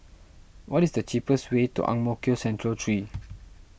what is the cheapest way to Ang Mo Kio Central three